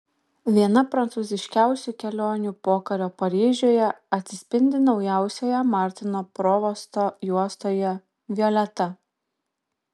viena prancūziškiausių kelionių pokario paryžiuje atsispindi naujausioje martino provosto juostoje violeta